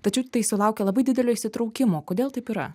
tačiau tai sulaukė labai didelio įsitraukimo kodėl taip yra